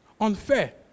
unfair